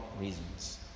reasons